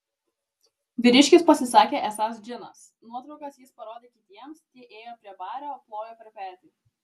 vyriškis pasisakė esąs džinas nuotraukas jis parodė kitiems tie ėjo prie bario plojo per petį